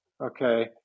okay